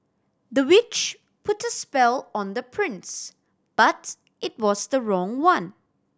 the witch put a spell on the prince but it was the wrong one